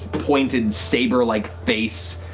pointed, saber-like face.